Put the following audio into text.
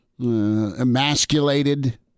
emasculated